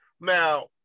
Now